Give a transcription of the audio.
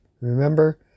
Remember